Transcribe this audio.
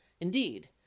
indeed